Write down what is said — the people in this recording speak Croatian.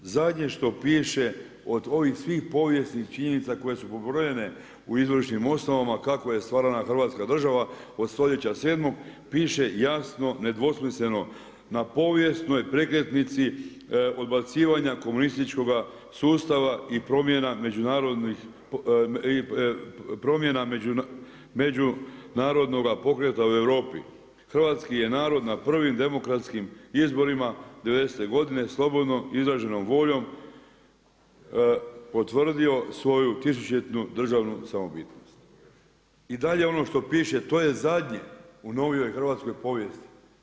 Zadnje što piše od ovih svi povijesnih činjenica koje su pobrojene u izvorišnim osnovama kako je stvarana Hrvatska država od stoljeća 7., piše jasno i nedvosmisleno „na povijesnoj prekretnici odbacivanja komunističkoga sustava i promjena međunarodnoga pokreta u Europi, hrvatski je narod na prvim demokratskim izborima '90.-te godine slobodno izraženom voljom potvrdio svoju tisućljetnu državnu samobitnost“ i dalje ono što piše, to je zadnje u novijoj hrvatskoj povijesti.